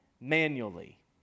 manually